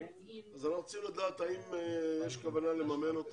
אנחנו רוצים לדעת האם יש כוונה לממן את